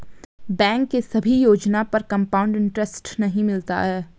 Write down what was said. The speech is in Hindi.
बैंक के सभी योजना पर कंपाउड इन्टरेस्ट नहीं मिलता है